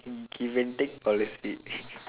in invented policy